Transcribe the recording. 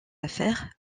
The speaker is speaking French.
affaire